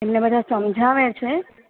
એમણે બધા સમજાવે છે